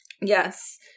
Yes